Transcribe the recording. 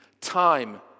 Time